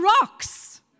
rocks